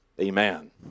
Amen